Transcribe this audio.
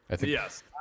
Yes